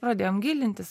pradėjom gilintis